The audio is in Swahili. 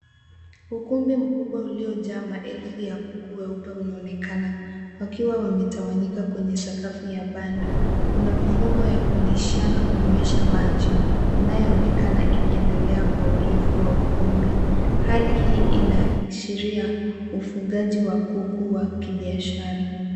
Ukumbi mkubwa uliojaa maelfu ya kuku weupe unaonekana wakiwa wametawanyika kwenye sakafu ya banda. Kuna mifumo ya kulishia na kunywesha maji inayoonekana ikiendelea kwa urefu wa ukumbi. Hali hii inaashiria ufugaji wa kuku wa kibiashara.